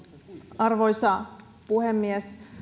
arvoisa puhemies